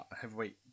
heavyweight